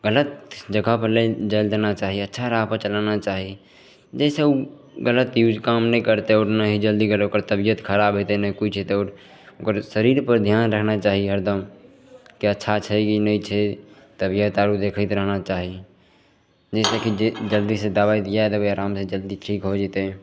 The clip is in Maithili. गलत जगहपर नहि जाए ले देना चाही अच्छा राहपर चलाना चाही जाहिसे ओ गलत यूज काम नहि करतै आओर नहि ही जल्दी ही ओकर तबिअत खराब हेतै नहि किछु हेतै ओकर शरीरपर धिआन रहना चाही हरदम कि अच्छा छै कि नहि छै तबिअत आओर देखैत रहना चाही जइसेकि जल्दीसे दवाइ दिए देबै आरामसे जल्दी ठीक हो जेतै